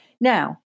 Now